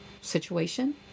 situation